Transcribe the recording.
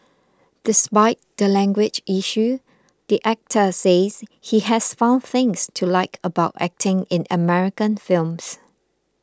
despite the language issue the actor says he has found things to like about acting in American films